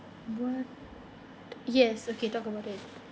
what yes okay talk about it